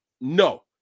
No